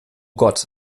gott